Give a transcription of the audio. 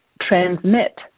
transmit